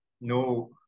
no